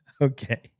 okay